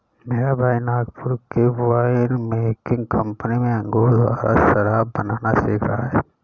मेरा भाई नागपुर के वाइन मेकिंग कंपनी में अंगूर द्वारा शराब बनाना सीख रहा है